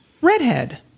Redhead